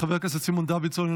חבר הכנסת סימון דוידסון,